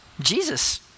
Jesus